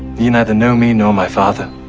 ye neither know me, nor my father